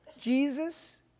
Jesus